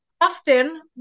often